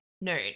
No